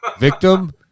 Victim